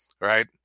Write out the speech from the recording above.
right